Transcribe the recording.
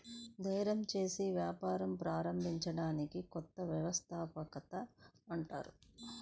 ధైర్యం చేసి వ్యాపారం ప్రారంభించడాన్ని కొత్త వ్యవస్థాపకత అంటారు